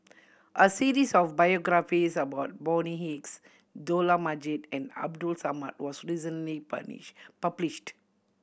a series of biographies about Bonny Hicks Dollah Majid and Abdul Samad was recently publish published